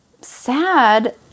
sad